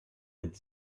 with